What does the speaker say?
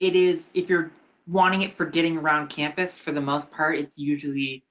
it is if you're wanting it for getting around campus for the most part, it's usually